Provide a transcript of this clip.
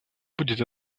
будет